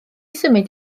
symud